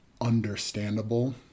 understandable